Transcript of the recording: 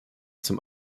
zum